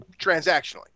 transactionally